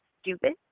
stupid